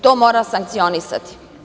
To se mora sankcionisati.